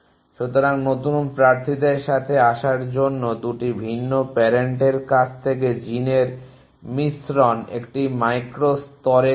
সুতরাং নতুন প্রার্থীদের সাথে আসার জন্য 2টি ভিন্ন প্যারেন্টের কাছ থেকে জিনের মিশ্রণ একটি মাইক্রো স্তরে ঘটছে